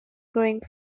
growing